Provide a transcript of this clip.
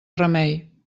remei